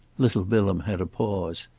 little bilham had a pause.